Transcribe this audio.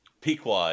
Pequod